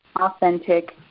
authentic